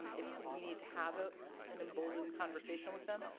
if we need to have ah an emboldened conversation with them,